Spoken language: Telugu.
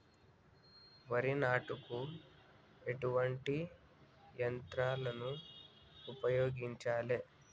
వరి నాటుకు ఎటువంటి యంత్రాలను ఉపయోగించాలే?